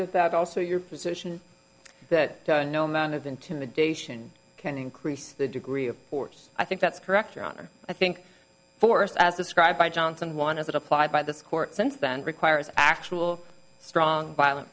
of that also your position that no amount of intimidation can increase the degree of course i think that's correct your honor i think forced as described by johnson one as it applied by this court since then requires actual strong violent